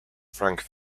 frank